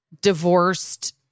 divorced